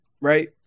right